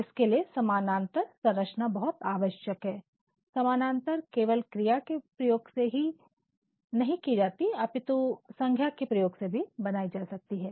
जिसके लिए समानांतर संरचना बहुत आवश्यक है समानांतरता केवल क्रिया के प्रयोग से ही नहीं अपितु संज्ञा के प्रयोग से भी बनाई जा सकती है